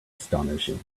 astonishing